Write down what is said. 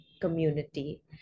community